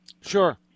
Sure